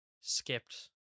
skipped